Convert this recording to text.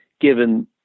given